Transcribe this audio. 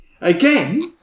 Again